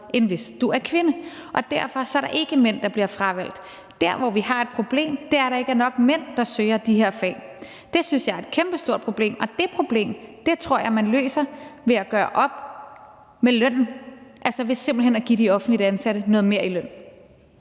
end hvis du er kvinde, og derfor er der ikke mænd, der bliver fravalgt. Der, hvor vi har et problem, er, at der ikke er nok mænd, der søger de her fag. Det synes jeg er et kæmpestort problem, og det problem tror jeg man løser ved at gøre op med lønnen, altså ved simpelt hen at give de offentligt ansatte noget mere i løn.